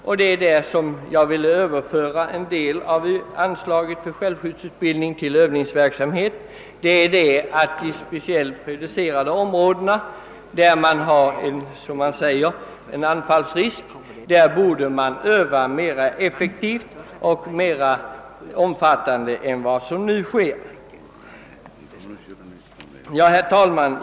Jag anser att man skall överföra en del av anslaget för självskyddsutbildning till övningsverksamhet i de speciellt känsliga områdena, d.v.s. de områden där stor anfallsrisk föreligger. Där borde man öva mer effektivt och i större omfattning än man nu gör. Herr talman!